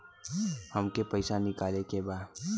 हमके पैसा निकाले के बा